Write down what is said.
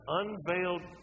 unveiled